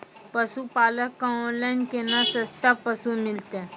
पशुपालक कऽ ऑनलाइन केना सस्ता पसु मिलतै?